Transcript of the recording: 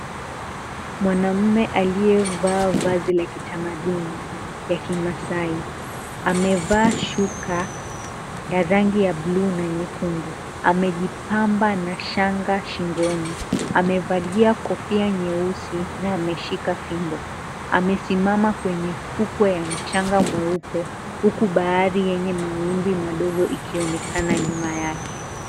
Mwanaume aliyevaa vazi la kitamaduni ya kimasai amevaa shuka ya rangi ya buluu na nyekundu amejipamba na shanga shingoni. Amevalia kofia nyeusi na ameshika fimbo. Amesimama kwenye fukwe ya mchanga mweupe huku bahari yenye mawimbi madogo ikionekana nyuma yake.